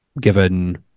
given